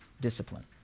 discipline